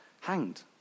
hanged